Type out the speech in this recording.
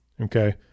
Okay